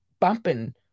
bumping